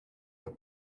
att